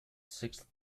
sixth